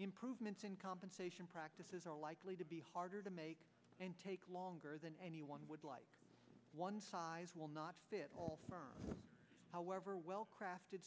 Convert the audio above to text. improvements in compensation practices are likely to be harder to make and take longer than anyone would like one size will not fit all however well crafted